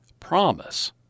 promise